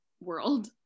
world